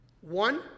one